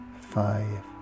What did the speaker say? five